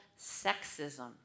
sexism